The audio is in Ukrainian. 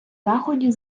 заході